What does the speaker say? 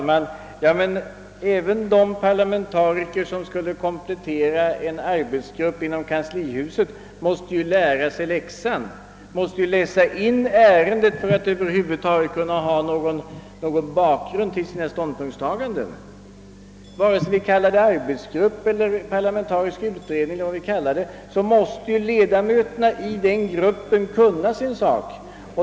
Herr talman! Även de parlamentariker som skulle komplettera en arbetsgrupp i kanslihuset måste lära sig läxan. De måste ju läsa in ärendet för att över huvud taget kunna ha någon bakgrund till sina ståndpunktstaganden. Vare sig vi talar om arbetsgrupp, parlamentarisk utredning eller något annat måste ledamöterna i denna grupp kunna sin sak.